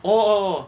oh